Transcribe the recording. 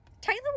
Taylor